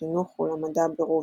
לחינוך ולמדע ברוסיה.